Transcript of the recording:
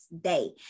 day